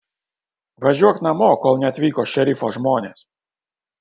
važiuok namo kol neatvyko šerifo žmonės